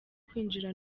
kwinjira